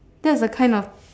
that's the kind of